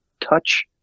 touch